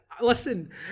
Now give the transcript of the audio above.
listen